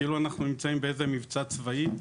כאילו אנחנו נמצאים באיזה מבצע צבאי.